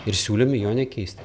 ir siūlėme jo nekeisti